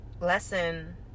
lesson